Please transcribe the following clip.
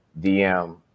DM